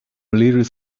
little